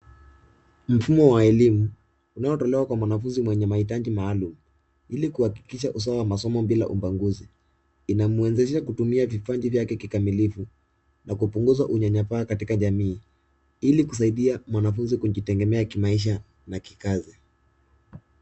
Mfumo wa elimu , unaotolewa kwa mwanafunzi mwenye mahitaji maalum, ili kuhakikisha usawa wa masomo bila ubaguzi. Inamwezesha kutumia vipaji vyake kikamilifu na kupunguza unyanyapaa katika jamii ili kusaidia mwanafunzi kujitegemea kimaisha na kikazi.